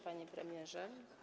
Panie Premierze!